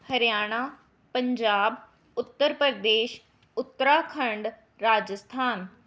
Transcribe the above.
Haryana Punjab Uttar Pradesh Uttarakhand Rajasthan